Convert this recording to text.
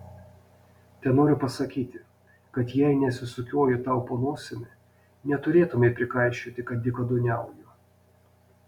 tenoriu pasakyti kad jei nesisukioju tau po nosimi neturėtumei prikaišioti kad dykaduoniauju